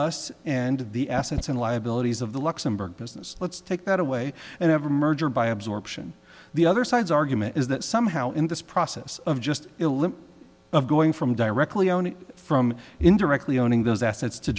us and the assets and liabilities of the luxembourg business let's take that away and ever merger by absorption the other side's argument is that somehow in this process of just elim of going from directly from indirectly owning those assets to